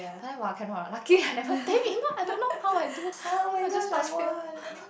but then !wah! cannot ah luckily I never take if not I don't know how I do then I just pass fail